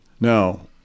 Now